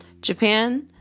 Japan